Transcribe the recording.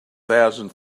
thousand